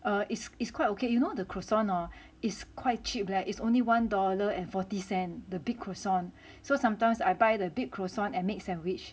uh it's it's quite okay you know the croissant hor is quite cheap leh it's only one dollar and forty cent the big croisant so sometimes I buy the big croissant and make sandwich